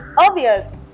Obvious